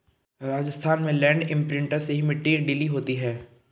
राजस्थान में land imprinter से ही मिट्टी ढीली होती है